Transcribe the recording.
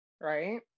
right